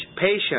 patient